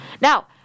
Now